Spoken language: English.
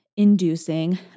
inducing